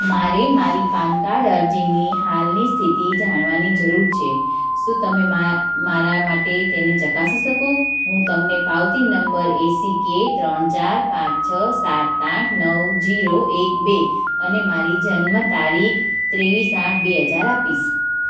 મારે મારી PAN card અરજીની હાલની સ્થિતિ જાણવાની જરૂર છે શું તમે મારા મારા માટે તેને ચકાસી શકો હું તમને પાવતી નંબર એસીકે ત્રણ ચાર પાંચ છ સાત આઠ નવ જીરો એક બે અને મારી જન્મ તારીખ ત્રેવીસ આઠ બે હજાર આપીશ